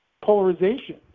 polarization